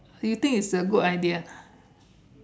you think is a good idea